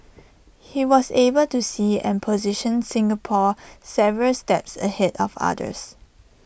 he was able to see and position Singapore several steps ahead of others